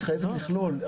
את חייבת לכלול.